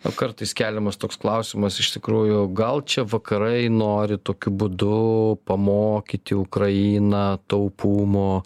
o kartais keliamas toks klausimas iš tikrųjų gal čia vakarai nori tokiu būdu pamokyti ukrainą taupumo